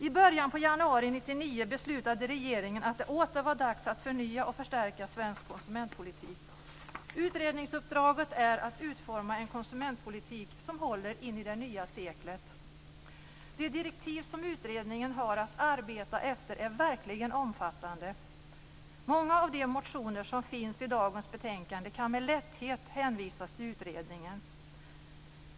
I början av januari 1999 beslutade regeringen att det åter var dags att förnya och förstärka svensk konsumentpolitik. Utredningsuppdraget är att utforma en konsumentpolitik som håller in i det nya seklet. De direktiv som utredningen har att arbeta efter är verkligen omfattande. Många av de motioner som behandlas i dagens betänkande kan med lätthet hänvisas till utredningen.